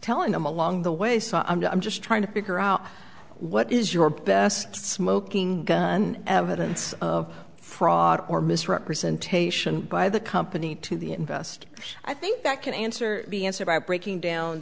telling them along the way so i'm just trying to figure out what is your best smoking gun evidence of fraud or misrepresentation by the company to the best i think that can answer the answer by breaking down